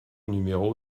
numéro